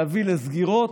להביא לסגירות,